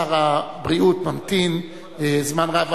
שר הבריאות ממתין זמן רב.